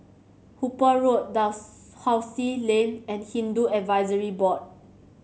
Hooper Road Dalhousie Lane and Hindu Advisory Board